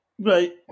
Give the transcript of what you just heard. Right